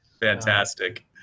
fantastic